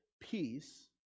peace